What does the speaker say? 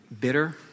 bitter